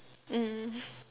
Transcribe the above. mm